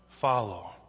Follow